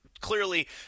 clearly –